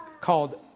called